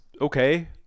okay